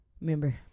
remember